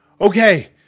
Okay